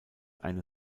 eine